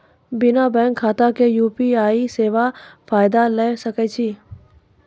बिना बैंक खाताक यु.पी.आई सेवाक फायदा ले सकै छी?